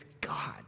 God